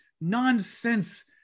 nonsense